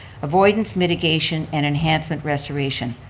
avoidance mitigation, and enhancement restoration.